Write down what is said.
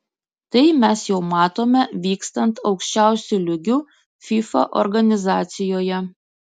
tai mes jau matome vykstant aukščiausiu lygiu fifa organizacijoje